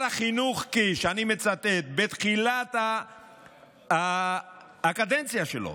בתחילת הקדנציה שלו